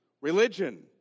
religion